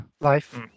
Life